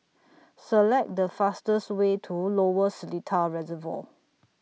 Select The fastest Way to Lower Seletar Reservoir